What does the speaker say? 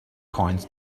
coins